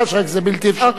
רק זה בלתי אפשרי,